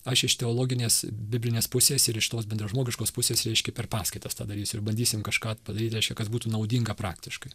aš iš teologinės biblinės pusės ir iš tos bendražmogiškos pusės reiškia per paskaitas tą darysiu ir bandysim kažką padaryti kad būtų naudinga praktiškai